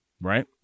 right